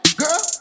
girl